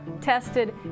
tested